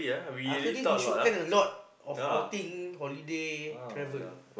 after this we should plan a lot of outing holiday travel